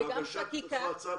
גם חקיקה.